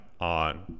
on